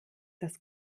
das